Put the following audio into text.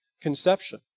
conception